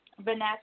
Vanessa